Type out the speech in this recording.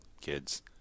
kids